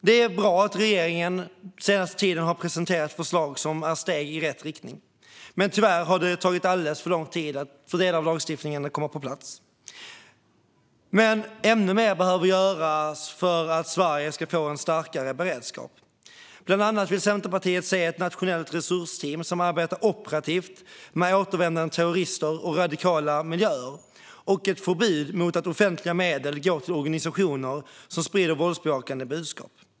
Det är bra att regeringen den senaste tiden har presenterat förslag som är steg i rätt riktning, men tyvärr har det tagit alldeles för lång tid att få delar av lagstiftningen på plats. Ännu mer behöver göras för att Sverige ska få en starkare beredskap. Bland annat vill Centerpartiet se ett nationellt resursteam som arbetar operativt med återvändande terrorister och radikala miljöer och ett förbud mot att offentliga medel går till organisationer som sprider våldsbejakande budskap.